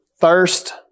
thirst